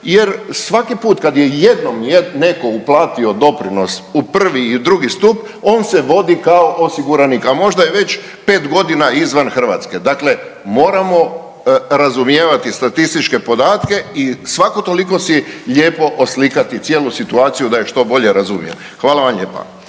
jer svaki put kad je jednom netko uplatio doprinos u prvi i drugi stup on se vodi kao osiguranik, a možda je već 5 godina izvan Hrvatske. Dakle, moramo razumijevati statističke podatke i svako toliko si lijepo oslikati cijelu situaciju da ju što bolje razumijemo. Hvala vam lijepa.